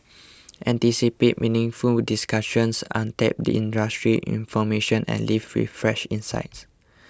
anticipate meaningful discussions untapped industry information and leave with fresh insights